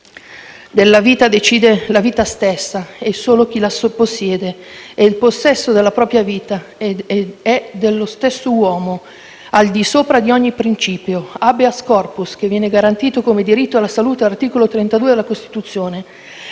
Della vita decide la vita stessa e solo chi la possiede e il possesso della propria vita è dello stesso uomo, al di sopra di ogni principio. *Habeas corpus* che viene garantito come diritto alla salute dall'articolo 32 della nostra Costituzione.